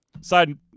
Side